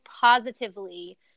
positively